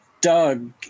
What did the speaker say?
Doug